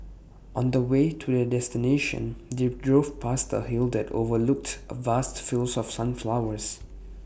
on the way to their destination they drove past A hill that overlooked vast fields of sunflowers